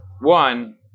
One